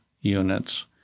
units